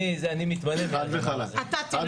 חד חלק.